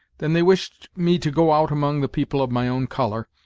than they wished me to go out among the people of my own color,